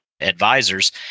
advisors